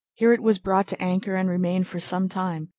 here it was brought to anchor and remained for some time,